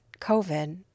COVID